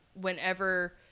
whenever